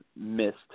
missed